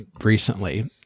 recently